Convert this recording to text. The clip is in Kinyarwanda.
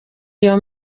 iyo